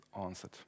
answered